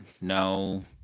no